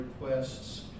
Requests